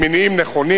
ממניעים נכונים.